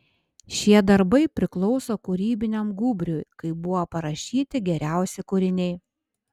šie darbai priklauso kūrybiniam gūbriui kai buvo parašyti geriausi kūriniai